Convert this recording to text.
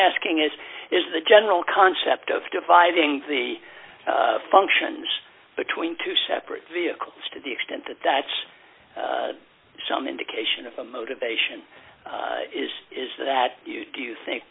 asking is is the general concept of dividing the functions between two separate vehicles to the extent that that's some indication of a motivation is is that you do you think